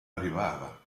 arrivava